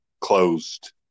closed